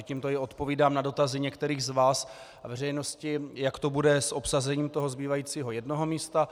Tímto i odpovídám na dotazy některých z vás a veřejnosti, jak to bude s obsazením zbývajícího jednoho místa.